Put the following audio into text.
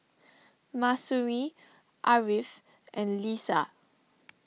Mahsuri Ariff and Lisa